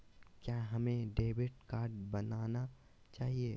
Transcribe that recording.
क्या हमें debit card बनाना चाहिए?